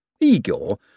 Igor